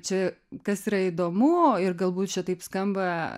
čia kas yra įdomu ir galbūt čia taip skamba